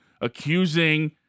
accusing